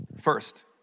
First